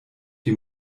die